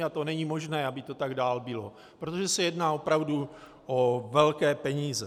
A to není možné, aby to tak dál bylo, protože se jedná opravdu o velké peníze.